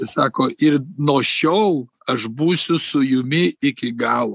sako ir nuo šiol aš būsiu su jumi iki galo